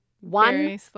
One